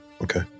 Okay